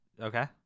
Okay